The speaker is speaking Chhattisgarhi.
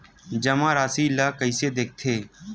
जमा राशि ला कइसे देखथे?